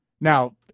Now